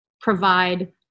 provide